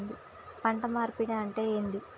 పంట మార్పిడి అంటే ఏంది?